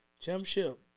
Championship